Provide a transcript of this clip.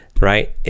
right